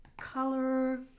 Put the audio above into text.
color